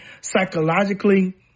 psychologically